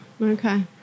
Okay